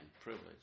privilege